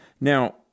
Now